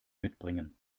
mitbringen